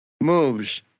moves